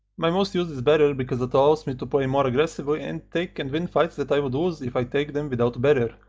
my most used is barrier, because it allows me to play more aggressively and take and win fights that i would usually lose if i take them without barrier,